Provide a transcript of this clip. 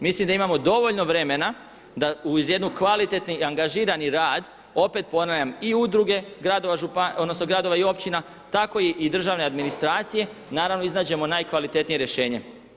Mislim da imamo dovoljno vremena da uz jedan kvalitetni i angažirani rad opet ponavljam i udruge gradova odnosno gradova i općina, tako i državne administracije naravno iznađemo najkvalitetnije rješenje.